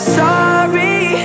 sorry